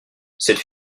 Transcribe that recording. cette